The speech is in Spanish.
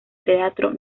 teatro